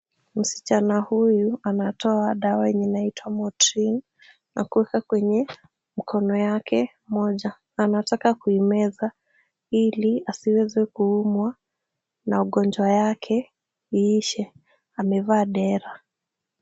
Msichana huyu anatoa dawa yenye inaitwa motrin na kuweka kwenye mkono yake moja, Anataka kuimeza ili asiweze kuumwa na ugonjwa yake iishe. Amevaa dera .